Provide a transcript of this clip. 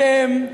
אתם,